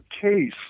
case